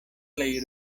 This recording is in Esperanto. plej